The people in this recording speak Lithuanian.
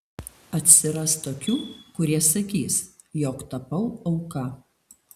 atsiras tokių kurie sakys jog tapau auka